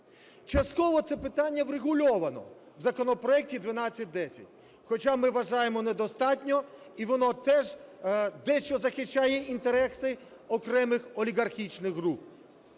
Частково це питання врегульовано в законопроекті 1210. Хоча ми вважаємо недостатньо, і воно теж дещо захищає інтереси окремих олігархічних груп.